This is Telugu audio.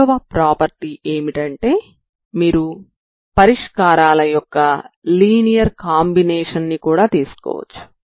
మూడవ ప్రాపర్టీ ఏమిటంటే మీరు పరిష్కారాల యొక్క లీనియర్ కాంబినేషన్ ని కూడా తీసుకోవచ్చు